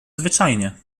zwyczajnie